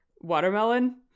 watermelon